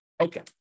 Okay